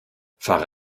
fahre